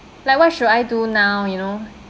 like what should I do now you know